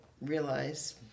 realize